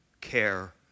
care